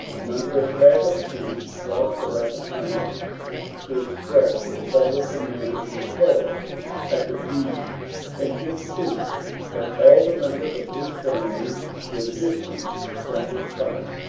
and under a fli of truce crossed the rappahannock to express to the federal commander his horror at the deed and give proof that all the members of his family were distant from the spot.